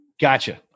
Gotcha